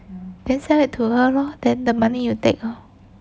then sell it to her lor then the money you take lor